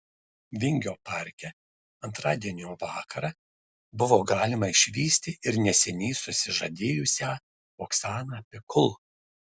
vingio parke antradienio vakarą buvo galima išvysti ir neseniai susižadėjusią oksaną pikul